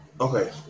Okay